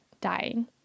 dying